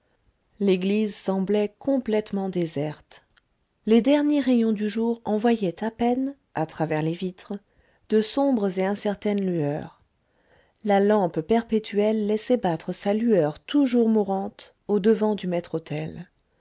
l'église semblait complètement déserte les derniers rayons du jour envoyaient à peine à travers les vitres de sombres et incertaines lueurs la lampe perpétuelle laissait battre sa lueur toujours mourante au-devant du